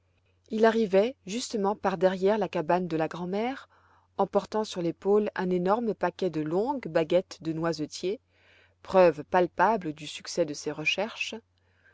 il arrivait justement par derrière la cabane de la grand-mère en portant sur l'épaule un énorme paquet de longues baguettes de noisetier preuves palpables du succès de ses recherches